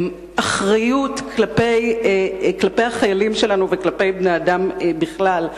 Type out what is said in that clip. הם אחריות כלפי החיילים שלנו וכלפי בני-אדם בכלל.